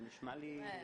זה נשמע לי חסר תקדים.